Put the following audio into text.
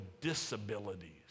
disabilities